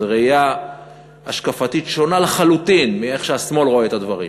זו ראייה השקפתית שונה לחלוטין מזו שבה השמאל רואה את הדברים.